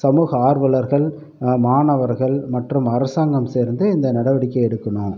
சமூக ஆர்வலர்கள் மாணவர்கள் மற்றும் அரசாங்கம் சேர்ந்து இந்த நடவடிக்கையை எடுக்கணும்